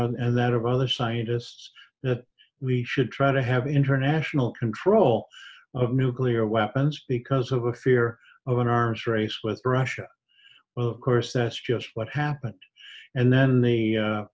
that of other scientists that we should try to have international control of nuclear weapons because of a fear of an arms race with russia of course that's just what happened and then the